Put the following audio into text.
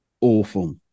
awful